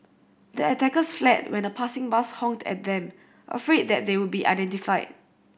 the attackers fled when a passing bus honked at them afraid that they would be identified